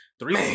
three